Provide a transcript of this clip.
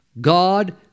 God